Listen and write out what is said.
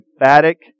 emphatic